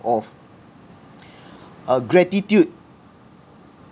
of uh gratitude